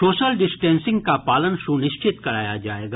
social distancing का पालन सुनिश्चित कराया जायेगा